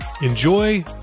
Enjoy